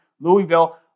Louisville